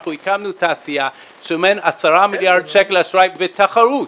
אנחנו הקמנו תעשייה של 10 מיליארד שקל אשראי ותחרות.